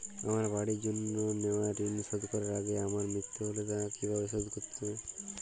আমার বাড়ির জন্য নেওয়া ঋণ শোধ করার আগে আমার মৃত্যু হলে তা কে কিভাবে শোধ করবে?